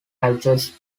adjust